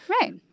Right